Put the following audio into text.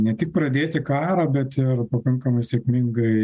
ne tik pradėti karą bet ir pakankamai sėkmingai